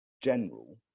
general